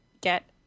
get